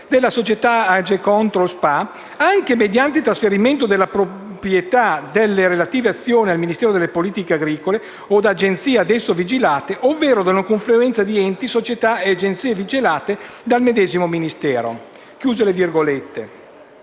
della società Agecontrol SpA, anche mediante il trasferimento della proprietà delle relative azioni al Ministero delle politiche agricole o ad agenzie da esso vigilate, ovvero la sua confluenza in enti, società o agenzie vigilati dal medesimo Ministero. Come dissi